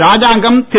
ராஜாங்கம் திரு